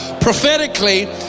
prophetically